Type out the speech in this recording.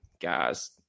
guys